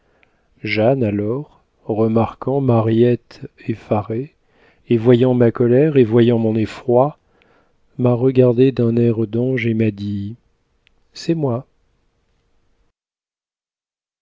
jeanne alors remarquant mariette effarée et voyant ma colère et voyant son effroi m'a regardé d'un air d'ange et m'a dit c'est moi